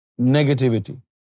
negativity